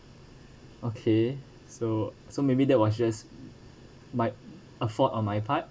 okay so so maybe that was just my a fault on my part